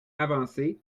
avancer